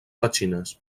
petxines